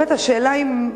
השאלה היא,